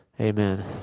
amen